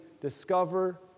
discover